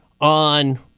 on